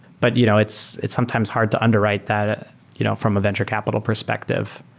but you know it's it's sometimes hard to underwrite that you know from a venture-capital perspective.